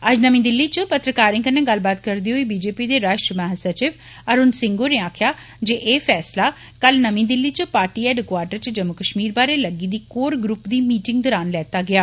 अज्ज नमीं दिल्ली च पत्रकारें कन्नै गल्लबात करदें होई बीजेपी दे राष्ट्री महासचिव अरूण सिंह होरें आक्खेआ जे एह् फैसला कल नमीं दिल्ली च पार्टी हैडक्वाटर च जम्मू कश्मीर बारै लग्गी दी कौर ग्रुप दी मीटिंग दौरान लैता गेआ